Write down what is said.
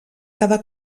cada